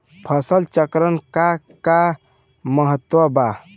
फसल चक्रण क का महत्त्व बा?